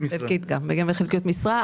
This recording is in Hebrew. גם בחלקיות משרה.